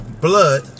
blood